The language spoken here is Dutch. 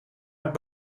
het